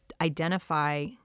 identify